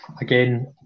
again